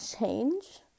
change